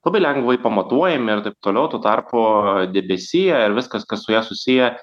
labai lengvai pamatuojami ir taip toliau tuo tarpu debesija ir viskas kas su ja susiję